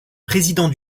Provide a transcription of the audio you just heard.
président